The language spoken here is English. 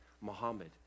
Muhammad